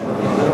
תשובת הממשלה.